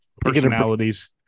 personalities